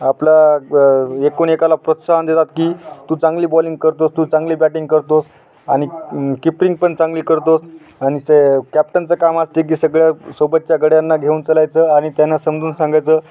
आपला एकूण एकाला प्रोत्साहन देतात की तू चांगली बॉलिंग करतो आहेस तू चांगली बॅटिंग करतो आहेस आणि किपींग पण चांगली करतो आहेस आणि स कॅप्टनचं काम असते की सगळ्या सोबतच्या गड्यांना घेऊन चलायचं आणि त्यांना समजून सांगायचं